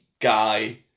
guy